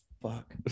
fuck